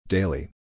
Daily